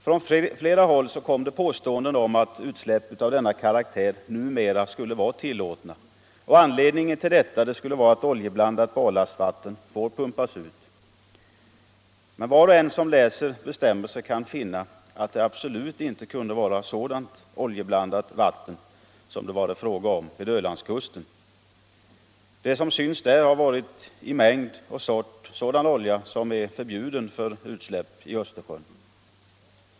Från flera håll kom påståenden om att utsläpp av denna karaktär numera skulle vara tillåtna. Anledningen till detta skulle vara att oljeblandat ballastvatten får pumpas ut. Men var och en som läser bestämmelser kan finna att det absolut inte kunde vara sådant oljeblandat vatten som det var fråga om vid Ölandskusten. Det som synts där har varit sådan olja som det är förbjudet att släppa ut i Östersjön.